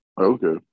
Okay